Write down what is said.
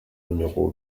numéro